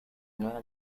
nueva